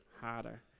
harder